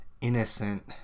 innocent